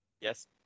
Yes